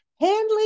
Handling